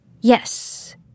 Yes